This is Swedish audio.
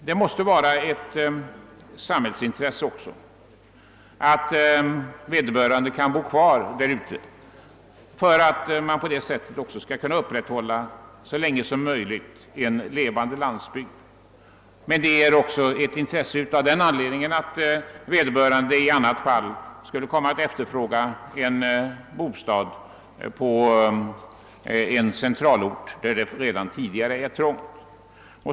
Det måste vara ett samhällsintresse att vederbörande kan bo kvar därute på landet, varigenom man så länge som möjligt kan upprätthålla en levande landsbygd. Men det är också ett samhällsintresse av den anledningen att han i annat fall skulle komma att efterfråga bostad på en centralort, där det redan tidigare är trångt.